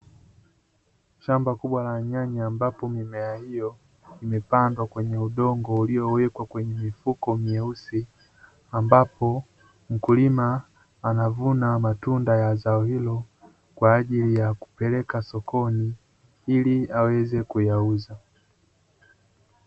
Shamba kubwa la nyanya ambapo mimea hiyo imepandwa kwenye udongo uliowekwa kwenye mifuko meusi, ambapo mkulima anavuna matunda ya zao hilo kwa ajili ya kupeleka sokoni ili aweze kuyauza.